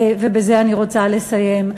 ובזה אני רוצה לסיים,